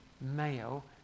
male